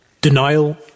denial